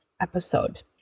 episode